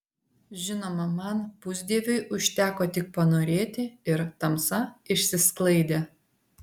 žinoma man pusdieviui užteko tik panorėti ir tamsa išsisklaidė